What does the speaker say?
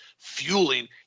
Fueling